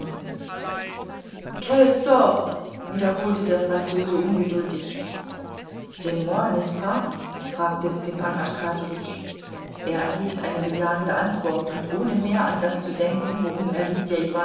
wiederholte der franzose ungeduldig c'est moi nest ce pas fragte stepan arkadjewitsch er erhielt eine bejahende antwort und ohne mehr an das zu denken worum er